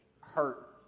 hurt